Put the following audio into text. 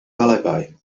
alibi